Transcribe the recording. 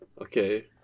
Okay